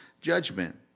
judgment